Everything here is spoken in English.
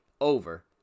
Over